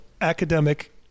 academic